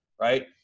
right